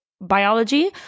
biology